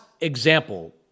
example